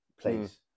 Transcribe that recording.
please